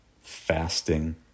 fasting